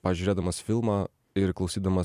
pavyzdžiui žiūrėdamas filmą ir klausydamas